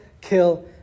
kill